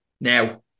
Now